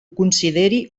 consideri